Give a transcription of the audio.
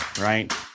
right